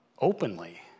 Openly